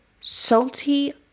Salty